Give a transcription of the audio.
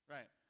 Right